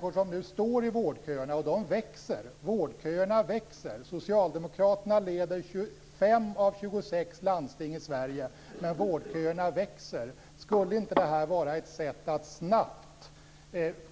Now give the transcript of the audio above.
Sverige där vårdköerna växer. Skulle inte detta vara ett sätt att snabbt